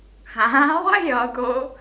[huh] why you are go